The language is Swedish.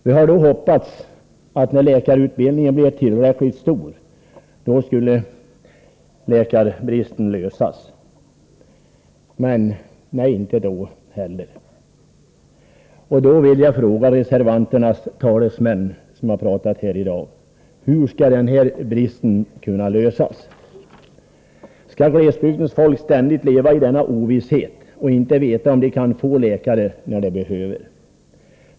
Vi hoppades, att när det blev tillräckligt många utbildade läkare, då skulle läkarbristen försvinna. Men det blev inte bättre. Jag vill fråga de reservanter som har talat här i dag: Hur skall vår brist på läkare kunna upphävas? Skall glesbygdens folk ständigt leva i ovisshet om de kan få läkare när de behöver det?